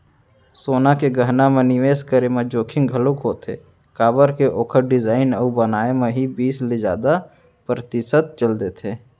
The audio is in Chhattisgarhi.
सोना के गहना म निवेस करे म जोखिम घलोक होथे काबर के ओखर डिजाइन अउ बनाए म ही बीस ले जादा परतिसत चल देथे